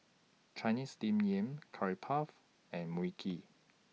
Chinese Steamed Yam Curry Puff and Mui Kee